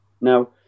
Now